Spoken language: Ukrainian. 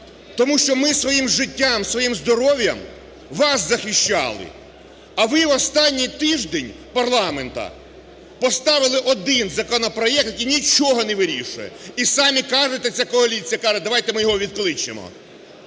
тому що ми своїм життям, своїм здоров'ям вас захищали, а ви в останній тиждень парламенту поставили один законопроект, який нічого не вирішує, і саме кажете, це коаліція каже, давайте ми його відкличемо".